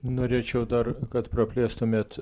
norėčiau dar kad praplėstumėt